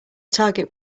target